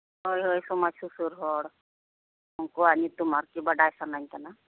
ᱦᱳᱭ ᱦᱳᱭ ᱥᱚᱢᱟᱡᱽ ᱥᱩᱥᱟᱹᱨ ᱦᱚᱲ ᱩᱱᱠᱩᱣᱟᱜ ᱧᱩᱛᱩᱢ ᱟᱨᱠᱤ ᱵᱟᱰᱟᱭ ᱥᱟᱱᱟᱧ ᱠᱟᱱᱟ